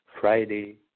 Friday